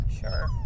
Sure